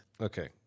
Okay